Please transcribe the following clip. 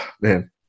man